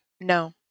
No